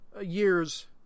year's